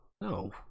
No